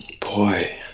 Boy